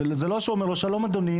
זה לא שהוא אומר לו: שלום, אדוני.